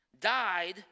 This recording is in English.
died